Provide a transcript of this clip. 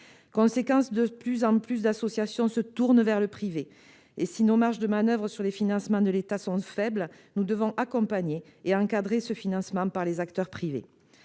conséquent, de plus en plus d'associations se tournent vers le privé. Si nos marges de manoeuvre sur les financements de l'État sont faibles, nous devons accompagner et encadrer ce financement par les acteurs privés.